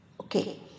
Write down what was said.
Okay